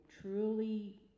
truly